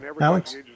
Alex